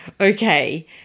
Okay